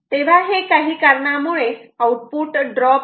तेव्हा हे काही कारणामुळे आउटपुट ड्रॉप आहे